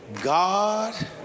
God